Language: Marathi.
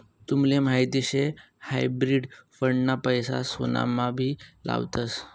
तुमले माहीत शे हायब्रिड फंड ना पैसा सोनामा भी लावतस